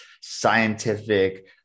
scientific